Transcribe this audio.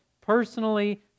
personally